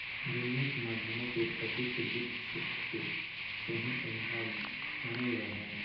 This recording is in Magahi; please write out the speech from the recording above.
विनिमय के माध्यमों के उत्पत्ति के वित्त के क्षेत्र से ही सम्भव मानल जा हइ